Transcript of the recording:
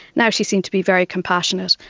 now she seemed to be very compassionate.